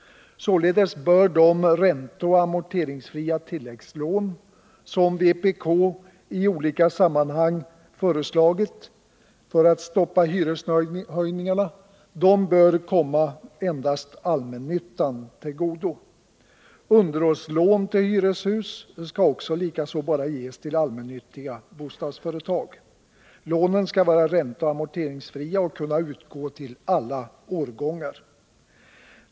Således bör de ränteoch amorteringsfria tilläggslån som vpk i olika sammanhang föreslagit för att stoppa hyreshöjningarna komma endast allmännyttan till godo. Underhållslån till hyreshus skall likaså bara ges till allmännyttiga bostadsföretag. Lånen skall vara ränteoch amorteringsfria och kunna utgå till alla årgångar.